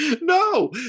No